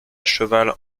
cheval